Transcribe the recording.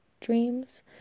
dreams